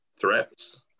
threats